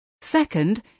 Second